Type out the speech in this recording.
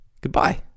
goodbye